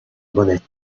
monnaie